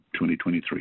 2023